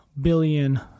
billion